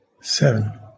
seven